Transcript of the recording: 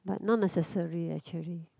but not necessary actually